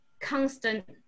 constant